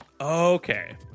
Okay